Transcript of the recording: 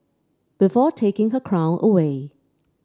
before taking her crown away